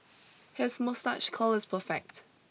his moustache curl is perfect